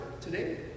today